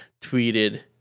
tweeted